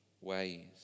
ways